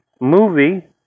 movie